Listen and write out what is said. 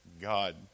God